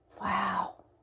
wow